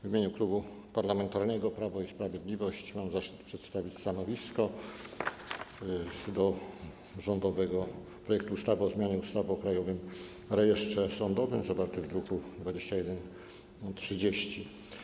W imieniu Klubu Parlamentarnego Prawo i Sprawiedliwość mam zaszczyt przedstawić stanowisko wobec rządowego projektu ustawy o zmianie ustawy o Krajowym Rejestrze Sądowym, druk nr 2130.